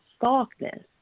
softness